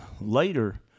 later